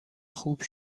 خوب